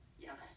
Yes